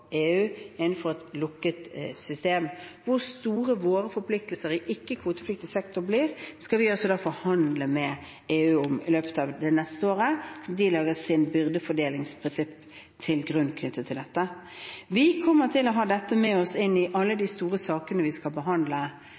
EU – innenfor et lukket system. Hvor store våre forpliktelser i ikke-kvotepliktig sektor blir, skal vi da forhandle med EU om i løpet av det neste året. De legger sitt byrdefordelingsprinsipp knyttet til dette til grunn. Vi kommer til å ha dette med oss inn i alle de store sakene vi skal behandle